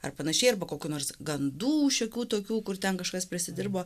ar panašiai arba kokių nors gandų šiokių tokių kur ten kažkas prisidirbo